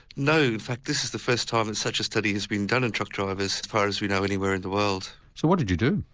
no, in fact this is the first time such a study has been done in truck drivers as far as we know anywhere in the world. so what did you do?